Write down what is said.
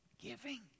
Giving